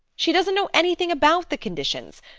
she doesn't know anything about the conditions!